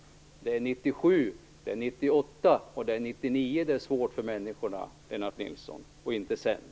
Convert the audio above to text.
Det är 1997, det är 1998 och det är 1999 som det är svårt för människorna, Lennart Nilsson, och inte sedan.